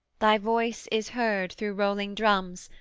thy voice is heard through rolling drums,